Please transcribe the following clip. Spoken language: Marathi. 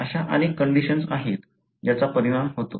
अशा अनेक कंडिशन्स आहेत ज्याचा परिणाम होतो